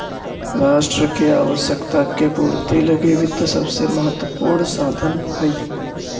राष्ट्र के आवश्यकता के पूर्ति लगी वित्त सबसे महत्वपूर्ण साधन हइ